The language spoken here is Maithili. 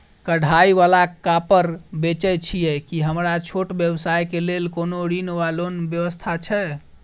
कढ़ाई वला कापड़ बेचै छीयै की हमरा छोट व्यवसाय केँ लेल कोनो ऋण वा लोन व्यवस्था छै?